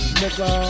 nigga